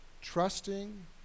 Trusting